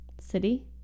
City